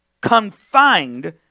confined